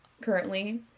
currently